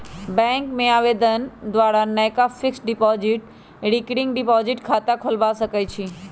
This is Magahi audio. बैंक में आवेदन द्वारा नयका फिक्स्ड डिपॉजिट, रिकरिंग डिपॉजिट खता खोलबा सकइ छी